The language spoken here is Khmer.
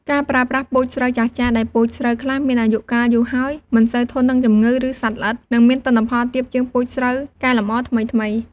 ការប្រើប្រាស់ពូជស្រូវចាស់ៗ ដែលពូជស្រូវខ្លះមានអាយុកាលយូរហើយ មិនសូវធន់នឹងជំងឺ ឬសត្វល្អិត និងមានទិន្នផលទាបជាងពូជស្រូវកែលម្អថ្មីៗ។